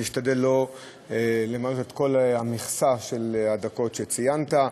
אני אשתדל שלא למלא את כל המכסה של הדקות שציינת.